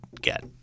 get